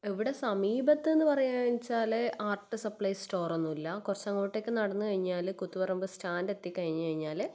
ഇവിടെ സമീപത്തെന്നു പറയാമെന്ന് വെച്ചാൽ ആർട്ട് സപ്ലൈസ് സ്റ്റോർ ഒന്നും ഇല്ല കുറച്ചങ്ങോട്ടേക്ക് നടന്നു കഴിഞ്ഞാൽ കൂത്തുപറമ്പ് സ്റ്റാൻഡ് എത്തി കഴിഞ്ഞു കഴിഞ്ഞാൽ